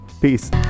peace